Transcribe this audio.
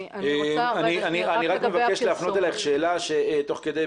אני רוצה רק לגבי הפרסום --- אני רק מבקש להפנות אלייך שאלה תוך כדי,